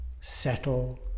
settle